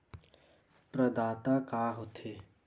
प्रदाता का हो थे?